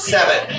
Seven